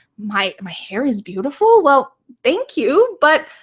my um hair is beautiful? well, thank you, but